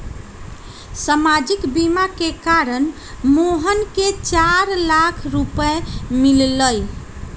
सामाजिक बीमा के कारण मोहन के चार लाख रूपए मिल लय